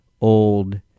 old